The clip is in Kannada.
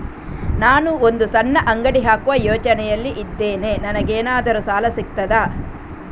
ನಾನು ಒಂದು ಸಣ್ಣ ಅಂಗಡಿ ಹಾಕುವ ಯೋಚನೆಯಲ್ಲಿ ಇದ್ದೇನೆ, ನನಗೇನಾದರೂ ಸಾಲ ಸಿಗ್ತದಾ?